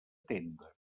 tenda